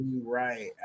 right